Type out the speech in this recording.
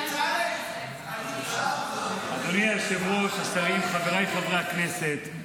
אדוני היושב-ראש, השרים, חבריי חברי הכנסת,